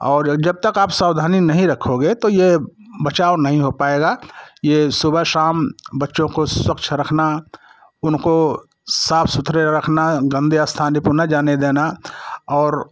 और जबतक आप सावधानी नहीं रखोगे तो ये बचाव नहीं हो पाएगा ये सुबह शाम बच्चों को स्वच्छ रखना उनको साफ सुथरे रखना गंदे स्थाने पर न जाने देना और